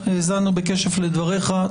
האזנו בקשב לדבריך.